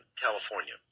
California